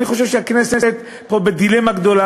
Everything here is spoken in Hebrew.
אני חושב שהכנסת פה בדילמה גדולה,